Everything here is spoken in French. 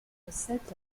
recette